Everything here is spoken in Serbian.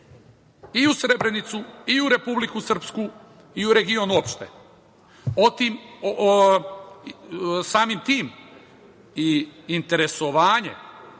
i u Srebrenicu i u Republiku Srpsku i u regionu opšte. Samim tim, i interesovanje